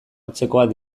antzekoak